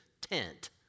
tent